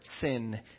sin